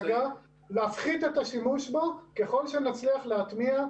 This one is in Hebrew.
ולהפחית את השימוש בו ככל שנצליח להטמיע,